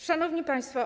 Szanowni Państwo!